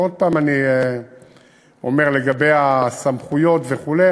ועוד פעם אני אומר לגבי הסמכויות וכו':